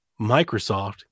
Microsoft